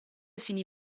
finì